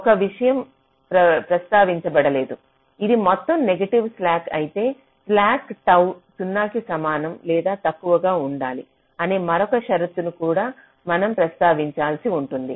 ఒక విషయం ప్రస్తావించబడలేదు ఇది మొత్తం నెగటివ్ స్లాక్ అయితే స్లాక్ టౌ p 0 కి సమానం లేదా తక్కువ ఉండాలి అనే మరొక షరతును కూడా మనం ప్రస్తావించాల్సి ఉంటుంది